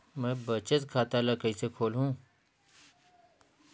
मैं बचत खाता ल किसे खोलूं?